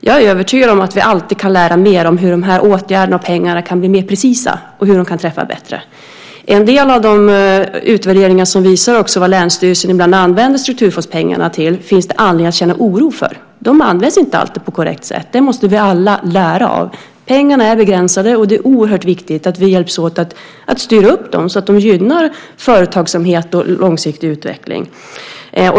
Jag är övertygad om att vi alltid kan lära mer om hur de här åtgärderna och pengarna kan bli mer precisa och hur de kan träffa bättre. En del av de utvärderingar som visar vad länsstyrelsen ibland använder strukturfondspengarna till finns det anledning att känna oro för. De används inte alltid på korrekt sätt. Det måste vi alla lära av. Pengarna är begränsade, och det är oerhört viktigt att vi hjälps åt att styra upp dem så att de gynnar företagsamhet och långsiktig utveckling.